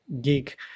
geek